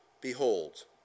Behold